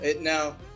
Now